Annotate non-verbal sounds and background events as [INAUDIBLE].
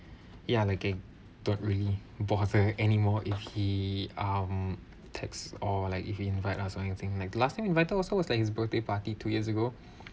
ya the gang but don't really bother anymore if he um texts or like if he invite us or anything like last time he invited us also was like his birthday party two years ago [BREATH]